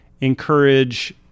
encourage